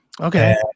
Okay